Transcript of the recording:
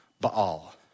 Baal